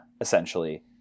essentially